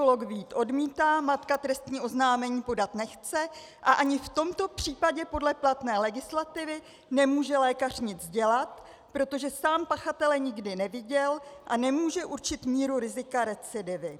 K sexuologovi jít odmítá, matka trestní oznámení podat nechce a ani v tomto případě podle platné legislativy nemůže lékař nic dělat, protože sám pachatele nikdy neviděl a nemůže určit míru rizika recidivy.